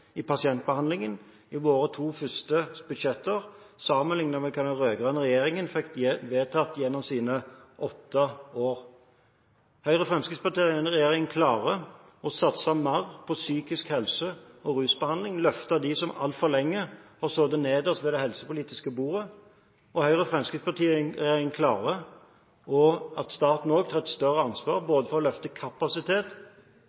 i pasientbehandlingen sammenlignet med hva den rød-grønne regjeringen fikk vedtatt gjennom sine åtte år. Høyre–Fremskrittsparti-regjeringen klarer å satse mer på psykisk helse og rusbehandling, løfte dem som altfor lenge har sittet nederst ved det helsepolitiske bordet, og Høyre–Fremskrittsparti-regjeringen klarer også å la staten ta et større ansvar